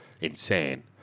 insane